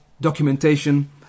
documentation